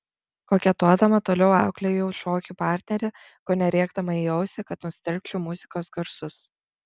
koketuodama toliau auklėjau šokių partnerį kone rėkdama į ausį kad nustelbčiau muzikos garsus